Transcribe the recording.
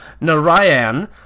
Narayan